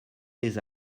des